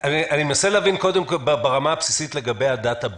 אני מנסה להבין קודם כול ברמה הבסיסית לגבי ה-דאטא בייס.